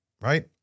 right